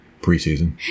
preseason